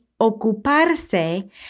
ocuparse